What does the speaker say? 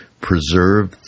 preserve